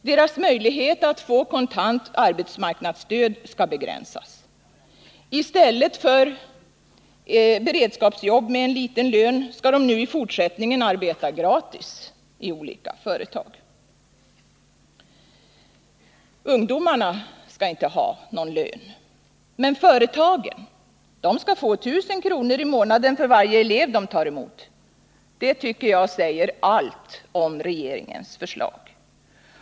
Deras möjligheter att få kontant arbetsmarknadsstöd skall begränsas. I stället för beredskapsjobb med en liten lön skall de nu i fortsättningen arbeta gratis i olika företag. Ungdomarna skall inte få någon lön. Men företagen skall få 1 000 kr. i månaden för varje elev de tar emot. Det tycker jag säger allt om regeringens förslag.